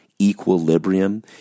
equilibrium